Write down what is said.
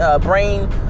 brain